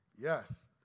Yes